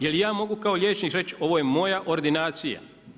Jel' ja mogu kao liječnik reći ovo je moja ordinacija?